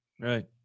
Right